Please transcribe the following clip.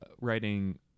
writing